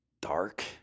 dark